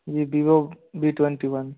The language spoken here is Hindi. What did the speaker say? ये बीवो बी ट्वेंटी वन